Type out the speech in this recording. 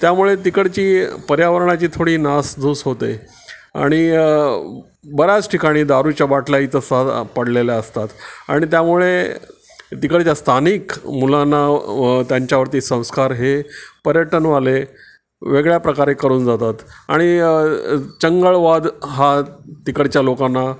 त्यामुळे तिकडची पर्यावरणाची थोडी नासधूस होते आणि बऱ्याच ठिकाणी दारूच्या बाटल्या इतस्ततः पडलेल्या असतात आणि त्यामुळे तिकडच्या स्थानिक मुलांना व त्यांच्यावरती संस्कार हे पर्यटनवाले वेगळ्या प्रकारे करून जातात आणि चंगळवाद हा तिकडच्या लोकांना